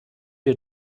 wir